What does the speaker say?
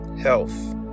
health